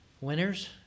winners